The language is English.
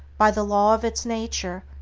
by the law of its nature,